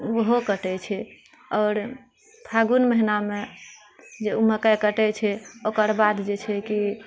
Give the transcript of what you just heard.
ओहो कटैत छै आओर फाल्गुन महिनामे जे मक्कइ कटैत छै ओकर बाद जे छै कि